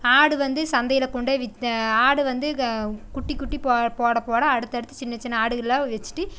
ஆடு வந்து சந்தையில் கொண்டு போய் ஆடு வந்து குட்டி குட்டி போட போட அடுத்தடுத்து சின்ன சின்ன ஆடுகளாக வச்சுட்டு